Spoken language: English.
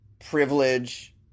privilege